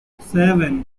seven